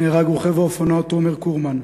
נהרג רוכב האופנוע תומר קורמן,